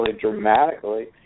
dramatically